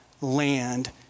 land